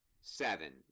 seven